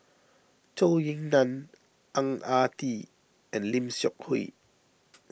Zhou Ying Nan Ang Ah Tee and Lim Seok Hui